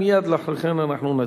ומייד לאחר מכן אנחנו נצביע.